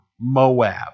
Moab